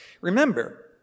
remember